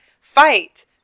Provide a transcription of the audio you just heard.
fight